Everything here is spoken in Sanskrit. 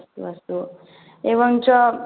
अस्तु अस्तु एवं च